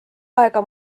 aega